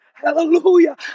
Hallelujah